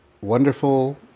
wonderful